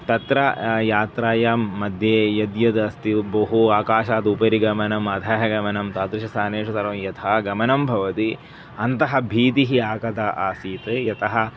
तत्र यात्रायां मध्ये यद्यद् अस्ति बहु आकाशात् उपरि गमनम् अधः गमनं तादृशस्थानेषु सर्वं यथा गमनं भवति अन्तः भीतिः आगता आसीत् यतः